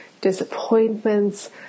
disappointments